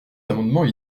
amendements